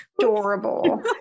adorable